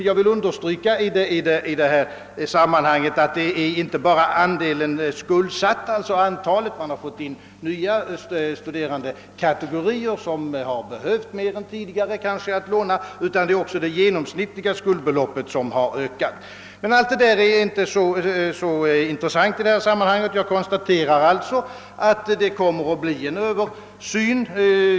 Jag vill i detta sammanhang understryka att det inte bara är fråga om antalet skuldsatta — det har tillkommit nya studerandekategorier som kanske behövt låna mer än tidigare — utan att också det genomsnittliga skuldbeloppet har ökat. Allt detta är dock inte så intressant i detta sammanhang. Jag konstaterar att det skall bli en översyn på området.